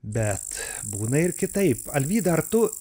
bet būna ir kitaip alvyda ar tu